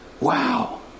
Wow